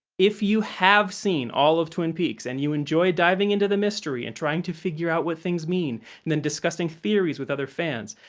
if you have seen all of twin peaks, and you enjoy diving into the mystery and trying to figure out what things mean and then discussing theories with other fans,